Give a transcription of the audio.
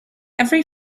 every